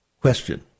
Question